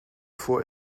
vor